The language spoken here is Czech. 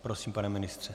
Prosím, pane ministře.